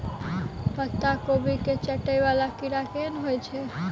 पत्ता कोबी केँ चाटय वला कीड़ा केहन होइ छै?